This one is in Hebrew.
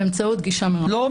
באמצעות גישה מרחוק לא.